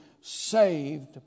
saved